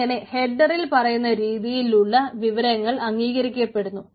അങ്ങനെ ഹെഡ്ഡറിൽ പറയുന്ന രീതിയിലുള്ള വിവരങ്ങൾ അംഗീകരിക്കപ്പെടുന്നു